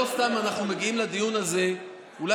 לא סתם אנחנו מגיעים לדיון הזה אולי